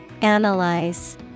Analyze